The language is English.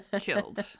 killed